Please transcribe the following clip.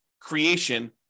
creation